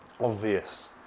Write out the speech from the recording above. obvious